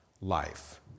life